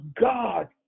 God